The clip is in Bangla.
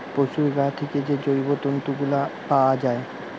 পোশুর গা থিকে যে জৈব তন্তু গুলা পাআ যাচ্ছে